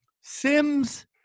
sims